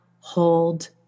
Hold